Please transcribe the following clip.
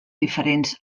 diferents